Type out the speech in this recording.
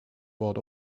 bought